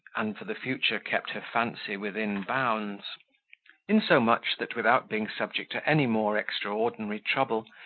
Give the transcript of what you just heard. and for the future kept her fancy within bounds insomuch, that without being subject to any more extraordinary trouble,